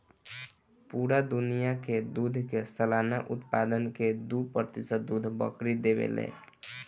पूरा दुनिया के दूध के सालाना उत्पादन के दू प्रतिशत दूध बकरी देवे ले